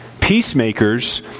Peacemakers